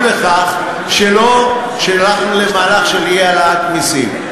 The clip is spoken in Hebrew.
לכך שלא הלכנו למהלך של העלאת מסים.